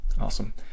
Awesome